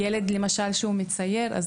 ילד שהוא מצייר והוא טוב בזה,